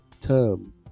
term